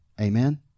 Amen